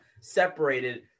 separated